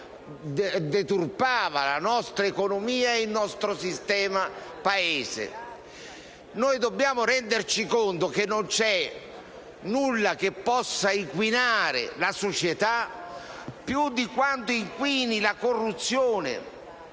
che deturpava la nostra economia ed il nostro sistema Paese. Dobbiamo renderci conto che non vi è nulla che possa inquinare la società più di quanto inquini la corruzione,